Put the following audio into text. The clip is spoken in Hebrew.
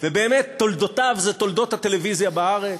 ובאמת, תולדותיו הם תולדות הטלוויזיה בארץ,